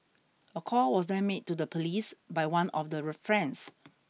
a call was then made to the police by one of the friends